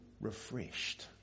refreshed